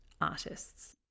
artists